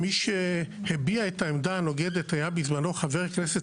מי שהביע את העמדה הנוגדת היה בזמנו חבר הכנסת